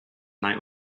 night